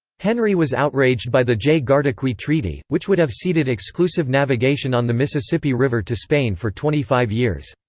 henry was outraged by the jay-gardoqui treaty, which would have ceded exclusive navigation on the mississippi river to spain for twenty five years.